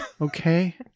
okay